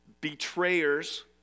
betrayers